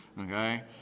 Okay